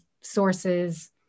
sources